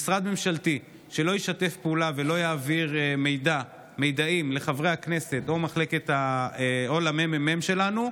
משרד ממשלתי שלא ישתף פעולה ולא יעביר מידע לחברי הכנסת או לממ"מ שלנו,